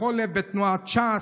בכל לב, בתנועת ש"ס,